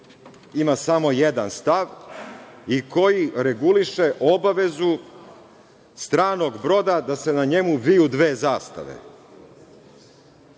ima samo jedan stav i koji reguliše obavezu stranog broda da se na njemu viju dve zastave.